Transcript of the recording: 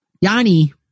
Yanni